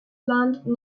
land